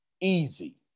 Easy